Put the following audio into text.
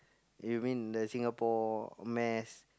you mean the Singapore mass